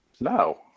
No